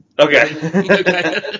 Okay